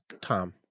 Tom